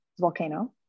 volcano